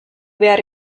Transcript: behar